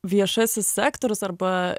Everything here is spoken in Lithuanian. viešasis sektorius arba